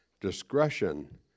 discretion